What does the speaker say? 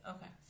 Okay